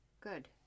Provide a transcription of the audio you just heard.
Good